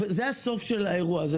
זה הסוף של האירוע הזה.